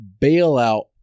bailout